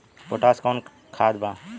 Potash कोउन खाद बा?